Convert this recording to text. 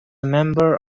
member